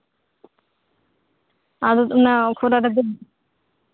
ᱟᱫᱚ ᱚᱱᱟ ᱠᱷᱚᱨᱟ ᱨᱮᱜᱮ